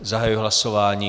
Zahajuji hlasování.